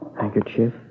handkerchief